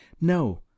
No